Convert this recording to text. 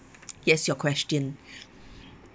yes your question